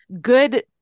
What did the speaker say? good